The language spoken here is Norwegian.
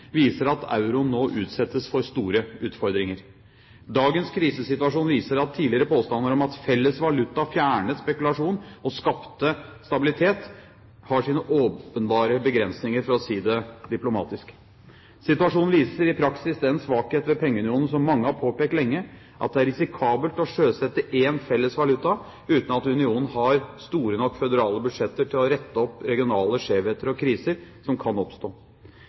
viser at euroen nå utsettes for store utfordringer. Dagens krisesituasjon viser at tidligere påstander om at felles valuta fjernet spekulasjon og skapte stabilitet, har sine åpenbare begrensninger – for å si det diplomatisk. Situasjonen viser i praksis den svakhet ved pengeunionen som mange har påpekt lenge, at det er risikabelt å sjøsette én felles valuta uten at unionen har store nok føderale budsjetter til å rette opp regionale skjevheter og kriser som kan oppstå.